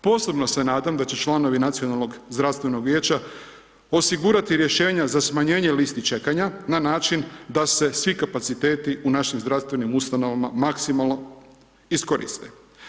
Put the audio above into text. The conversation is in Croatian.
Posebno se nadam da će članovi Nacionalnog zdravstvenog vijeća osigurati rješenja za smanjenje listi čekanja na način da se svi kapaciteti u našim zdravstvenim ustanovama maksimalno iskoriste.